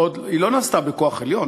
היא לא נעשתה בכוח עליון,